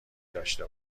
داشته